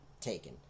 taken